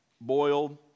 boiled